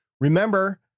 Remember